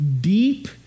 deep